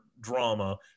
drama